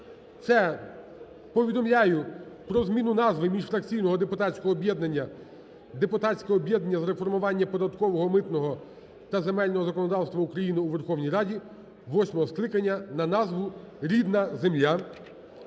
це повідомляю про зміну назви міжфракційного депутатського об'єднання Депутатське об'єднання з реформування податкового, митного та земельного законодавства України у Верховній Раді восьмого скликання на назву "Рідна земля".